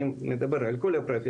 אני מדבר על כל הפרופסורים,